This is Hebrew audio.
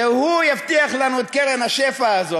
והוא יבטיח לנו את קרן השפע הזאת,